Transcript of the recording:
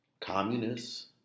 communists